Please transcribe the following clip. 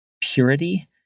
purity